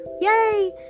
yay